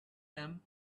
them